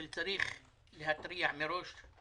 שצריך להתריע מראש,